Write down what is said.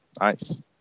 Nice